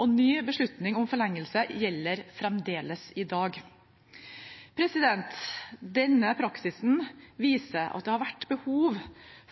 og ny beslutning om forlengelse gjelder fremdeles i dag. Denne praksisen viser at det har vært behov